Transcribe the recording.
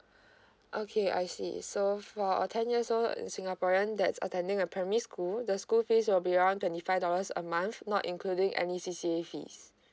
okay I see so for a ten years old uh singaporean that's attending a primary school the school fees will be around twenty five dollars a month not including any C_C_A fees